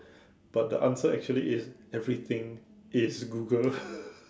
but the answer actually is everything is Google